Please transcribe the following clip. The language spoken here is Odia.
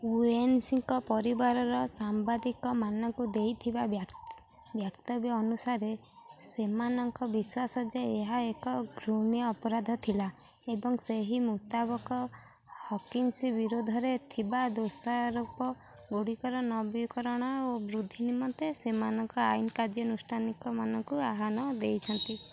ହୁଏନସାଂଙ୍କ ପରିବାରର ସାମ୍ବାଦିକ ମାନଙ୍କୁ ଦେଇଥିବା ବ୍ୟ ବକ୍ତବ୍ୟ ଅନୁସାରେ ସେମାନଙ୍କ ବିଶ୍ୱାସ ଯେ ଏହା ଏକ ଘୃଣ୍ୟ ଅପରାଧ ଥିଲା ଏବଂ ସେହି ମୁତାବକ ହକିନ୍ସ ବିରୋଧରେ ଥିବା ଦୋଷାରୋପ ଗୁଡ଼ିକର ନବୀକରଣ ଓ ବୃଦ୍ଧି ନିମନ୍ତେ ସେମାନଙ୍କ ଆଇନ କାର୍ଯ୍ୟାନୁଷ୍ଠାନିକ ମାନଙ୍କୁ ଆହ୍ଵାନ ଦେଇଛନ୍ତି